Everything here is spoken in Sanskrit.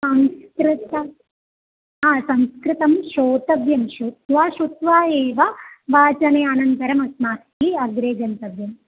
संस्कृतं हा संस्कृतं श्रोतव्यं श्रुत्वा श्रुत्वा एव वाचने अनन्तरम् अस्माभिः अग्रे गन्तव्यम्